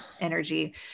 Energy